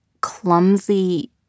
clumsy